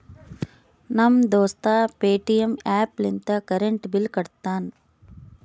ನಮ್ ದೋಸ್ತ Paytm app ಲಿಂತೆ ಕರೆಂಟ್ ಬಿಲ್ ಕಟ್ಟತಾನ್